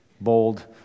bold